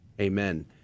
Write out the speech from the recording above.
Amen